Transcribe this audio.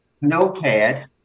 notepad